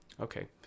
Okay